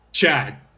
Chad